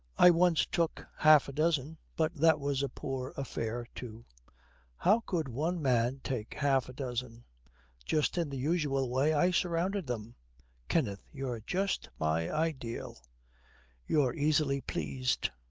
i once took half a dozen, but that was a poor affair too how could one man take half a dozen just in the usual way. i surrounded them kenneth, you're just my ideal you're easily pleased